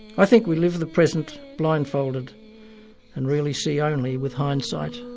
i think we live the present blindfolded and really see only with hindsight.